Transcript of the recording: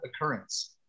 occurrence